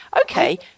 Okay